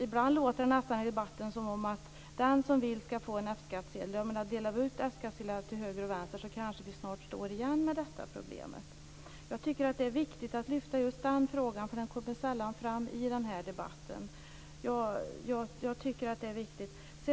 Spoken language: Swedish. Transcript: Ibland låter det nästan i debatten som att den som vill skall få en F-skattsedel. Delar vi ut F-skattsedlar till höger och till vänster kanske vi snart står här igen med detta problem. Det är viktigt att lyfta just den frågan. Den kommer sällan fram i debatten.